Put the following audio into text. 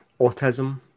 autism